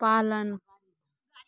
पालन